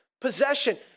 possession